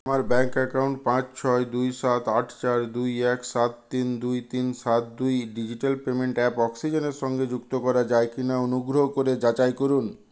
আমার bank account পাঁচ ছয় দুই সাত আট চার দুই এক সাত তিন দুই তিন সাত দুই ডিজিটাল পেমেন্ট অ্যাপ অক্সিজেনের সঙ্গে যুক্ত করা যায় কি না অনুগ্রহ করে যাচাই করুন